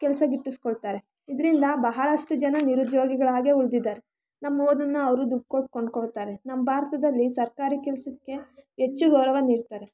ಕೆಲಸ ಗಿಟ್ಟಿಸ್ಕೊಳ್ತಾರೆ ಇದರಿಂದ ಬಹಳಷ್ಟು ಜನ ನಿರುದ್ಯೋಗಿಗಳಾಗೆ ಉಳಿದಿದ್ದಾರೆ ನಮ್ಮ ಓದನ್ನು ಅವರು ದುಡ್ಡು ಕೊಟ್ಟು ಕೊಂಡ್ಕೊಳ್ತಾರೆ ನಮ್ಮ ಭಾರತದಲ್ಲಿ ಸರ್ಕಾರಿ ಕೆಲಸಕ್ಕೆ ಹೆಚ್ಚು ಒಲವನ್ನು ನೀಡ್ತಾರೆ